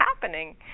happening